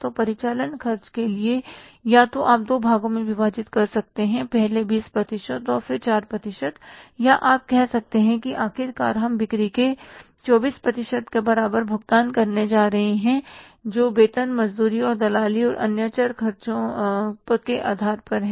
तो परिचालन खर्च के लिए या तो आप दो भागों में विभाजित कर सकते हैं पहले 20 प्रतिशत और फिर 4 प्रतिशत या आप कह सकते हैं कि आखिरकार हम बिक्री के 24 प्रतिशत के बराबर भुगतान करने जा रहे हैं जो वेतन मजदूरी और दलाली और अन्य चर खर्चों के आधार पर है